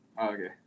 Okay